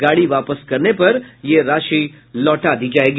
गाड़ी वापस करने पर यह राशि लौटा दी जायेगी